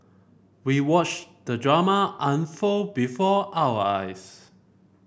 we watched the drama unfold before our eyes